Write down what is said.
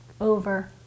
over